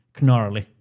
gnarly